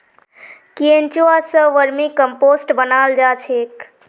केंचुआ स vermicompost बनाल जा छेक